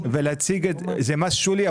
זה משהו שולי,